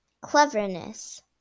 cleverness